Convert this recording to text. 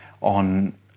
on